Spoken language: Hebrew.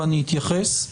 ואני אתייחס.